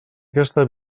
aquesta